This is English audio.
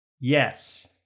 yes